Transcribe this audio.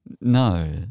No